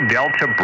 Delta